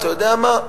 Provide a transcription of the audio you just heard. אתה יודע מה,